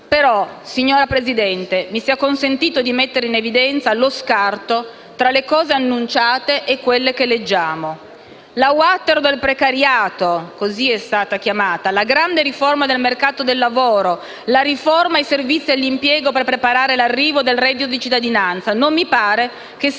signor Presidente, mi sia consentito di mettere in evidenza lo scarto tra le cose annunciate e quelle che leggiamo. La «Waterloo del precariato», così è stata chiamata, la grande riforma del mercato del lavoro, la riforma dei servizi dell'impiego per preparare l'arrivo del reddito di cittadinanza: non mi pare che siamo